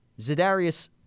Zadarius